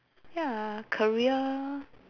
ya career